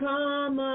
come